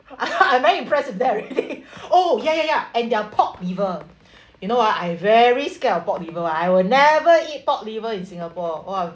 I'm now impressed of that already oh ya ya ya and their pork liver you know ah I very scared of pork liver I will never eat pork liver in singapore !wah!